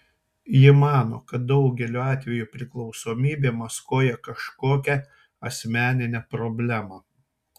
ji mano kad daugeliu atveju priklausomybė maskuoja kažkokią asmeninę problemą